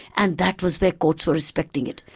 and that was where courts were respecting it.